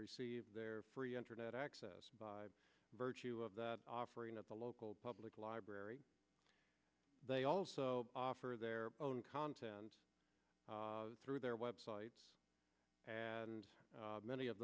receive their free internet access by virtue of that offering at the local public library they also offer their own content through their websites and many of